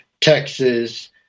Texas